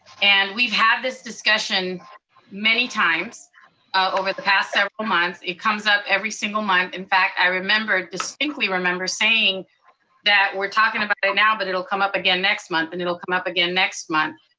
and we've had this discussion many times over the past several months. it comes up every single month. in fact, i distinctly remember saying that we're talking about it now, but it'll come up again next month, and it'll come up again next month.